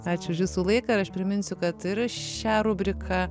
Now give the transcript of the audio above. ačiū už jūsų laiką ir aš priminsiu kad ir šią rubriką